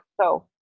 So-